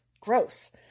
Gross